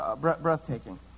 Breathtaking